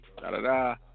Da-da-da